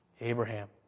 Abraham